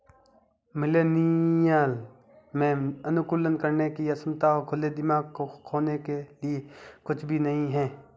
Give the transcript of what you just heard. millennial में अनुकूलन करने की क्षमता और खुले दिमाग को खोने के लिए कुछ भी नहीं है